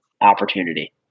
opportunity